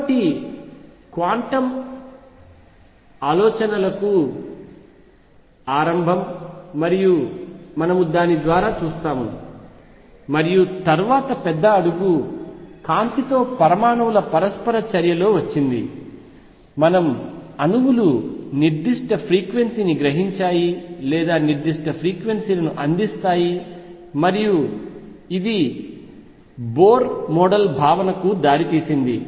కాబట్టి ఇది క్వాంటం ఆలోచనలకు ఆరంభం మరియు మనము దాని ద్వారా చూస్తాము మరియు తరువాతి పెద్ద అడుగు కాంతితో పరమాణువుల పరస్పర చర్యలో వచ్చింది మరియు అణువులు నిర్దిష్ట ఫ్రీక్వెన్సీ ని గ్రహించాయి లేదా నిర్దిష్ట ఫ్రీక్వెన్సీలను అందిస్తాయి మరియు ఇది బోర్ మోడల్ భావనకు దారితీసింది